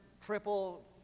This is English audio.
triple